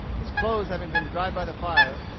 his clothes having been dried by the fire,